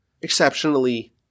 exceptionally